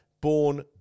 Born